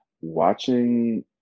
watching